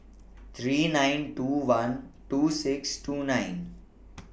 three nine two one two six two nine